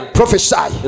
prophesy